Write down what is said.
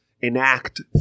enact